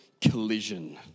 collision